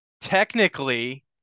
technically